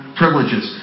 privileges